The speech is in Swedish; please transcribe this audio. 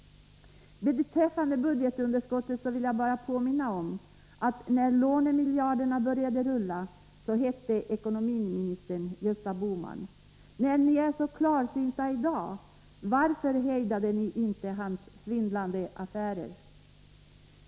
Beträffande budgetunderskottet vill jag bara påminna om att när lånemiljarderna började rulla, hette ekonomiministern Gösta Bohman. När ni är så klarsynta i dag, varför hejdade ni inte hans ”svindlande affärer”?